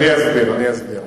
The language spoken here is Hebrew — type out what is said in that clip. אני אסביר, אני אסביר.